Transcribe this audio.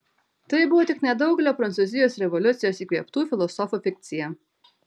tai buvo tik nedaugelio prancūzijos revoliucijos įkvėptų filosofų fikcija